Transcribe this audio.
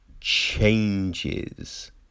changes